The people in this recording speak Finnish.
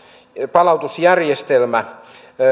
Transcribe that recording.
palautusjärjestelmä